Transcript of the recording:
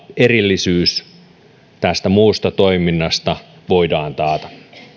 erillisyys muusta toiminnasta voidaan taata